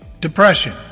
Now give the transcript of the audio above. depression